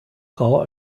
frau